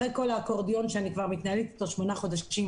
אחרי כל האקורדיון שאני כבר מתנהלת איתו שמונה חודשים,